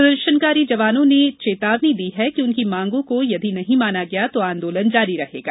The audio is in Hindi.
प्रदर्शनकारी जवानों ने चेतावनी दी कि उनकी मांगों को यदि नहीं माना गया तो आंदोलन जारी रहेगा